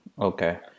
Okay